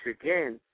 again